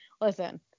Listen